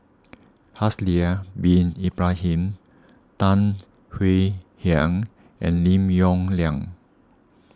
Haslir Bin Ibrahim Tan Swie Hian and Lim Yong Liang